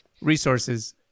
resources